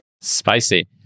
Spicy